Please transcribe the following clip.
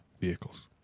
vehicles